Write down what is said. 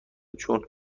چون